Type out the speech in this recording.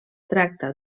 tracta